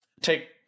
take